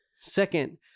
Second